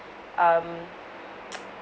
um